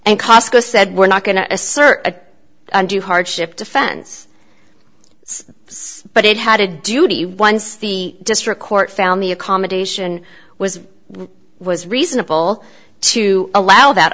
and cosco said we're not going to assert a undue hardship defense but it had a duty once the district court found the accommodation was was reasonable to allow that